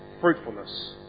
fruitfulness